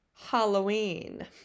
Halloween